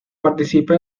participa